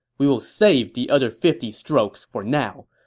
we will save the other fifty strokes for now.